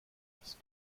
ist